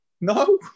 No